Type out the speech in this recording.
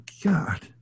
God